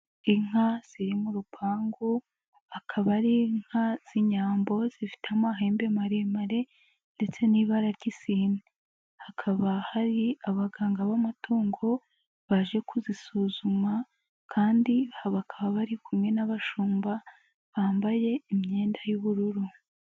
Inka ziri mu rupangu, akaba ari inka z'inyambo zifite amahembe maremare ndetse n'ibara ry'isine, hakaba hari abaganga b'amatungo baje kuzisuzuma kandi bakaba bari kumwe n'abashumba bambaye imyenda y'ubururu.